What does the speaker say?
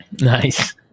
Nice